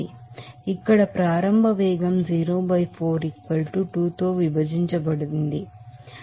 ఇక్కడ ప్రారంభ వేగం 042 తో విభజించబడింది